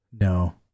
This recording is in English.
No